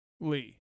Lee